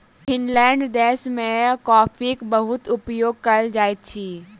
Finland देश में कॉफ़ीक बहुत उपयोग कयल जाइत अछि